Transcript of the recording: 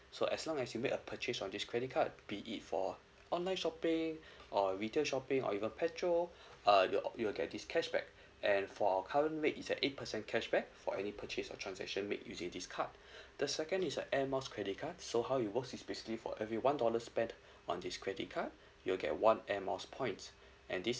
so as long as you make a purchase on this credit card be it for online shopping or retail shopping or even petrol uh the op~ you'll get this cashback and for our current rate is at eight percent cashback for any purchase or transaction made using this card the second is a Air Miles credit card so how it works is basically for every one dollar spent on this credit card you'll get one Air Miles points and this